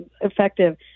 effective